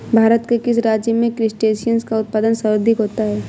भारत के किस राज्य में क्रस्टेशियंस का उत्पादन सर्वाधिक होता है?